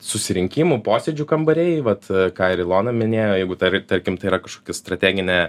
susirinkimų posėdžių kambariai vat ką ir ilona minėjo jeigu tar tarkim tai yra kažkokia strateginė